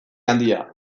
handia